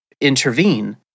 intervene